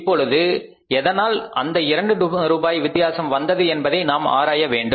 இப்பொழுது எதனால் அந்த இரண்டு ரூபாய் வித்தியாசம் வந்தது என்பதனை நாம் ஆராய வேண்டும்